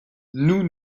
nous